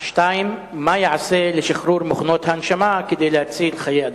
2. מה ייעשה לשחרור מכונות ההנשמה כדי להציל חיי אדם?